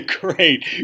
Great